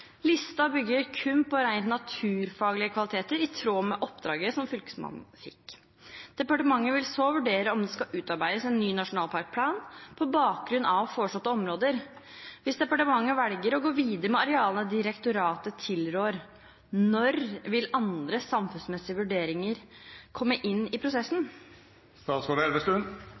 Lista bygger kun på rent naturfaglige kvaliteter, i tråd med oppdraget Fylkesmannen fikk. Departementet vil så vurdere om det skal utarbeides en ny nasjonalparkplan på bakgrunn av foreslåtte områder. Hvis departementet velger å gå videre med arealene direktoratet tilrår, når vil andre samfunnsmessige vurderinger komme med?» Fylkesmannen i